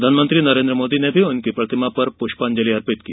प्रधानमंत्री नरेन्द्र मोदी ने भी उनकी प्रतिमा पर पुष्पांजलि अर्पित की